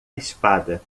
espada